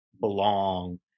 belong